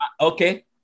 Okay